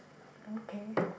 okay